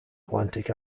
atlantic